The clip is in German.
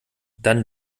dann